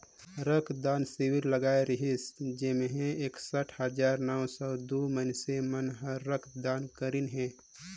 रक्त दान सिविर लगाए रिहिस जेम्हें एकसठ हजार नौ सौ दू मइनसे मन हर रक्त दान करीन हे